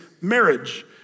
marriage